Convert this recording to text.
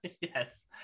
Yes